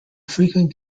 frequent